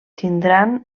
tindran